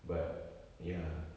but ya